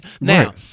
now